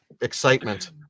excitement